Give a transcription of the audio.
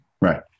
Right